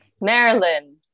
Maryland